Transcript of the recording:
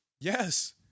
Yes